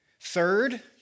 Third